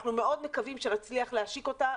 אנחנו מאוד מקווים שנצליח להשיק אותה,